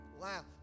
Wow